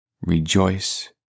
rejoice